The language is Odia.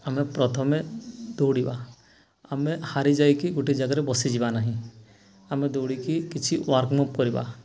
ଆମେ ପ୍ରଥମେ ଦୌଡ଼ିବା ଆମେ ହାରି ଯାଇକି ଗୋଟେ ଜାଗାରେ ବସିଯିବା ନାହିଁ ଆମେ ଦୌଡ଼ିକି କିଛି ୱାର୍ମଅପ୍ କରିବା